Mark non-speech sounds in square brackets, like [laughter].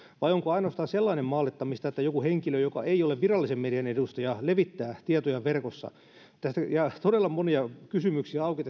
vai onko ainoastaan sellainen maalittamista että joku henkilö joka ei ole virallisen median edustaja levittää tietoja verkossa tästä lakialoitteesta jää todella monia kysymyksiä auki [unintelligible]